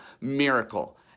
miracle